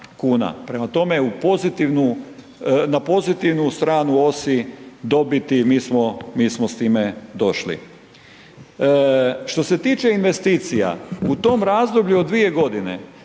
pozitivnu, na pozitivnu stranu osi dobiti mi smo, mi smo s time došli. Što se tiče investicija, u tom razdoblju od dvije godine,